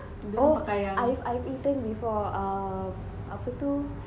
oh I I've eaten before um apa tu